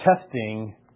testing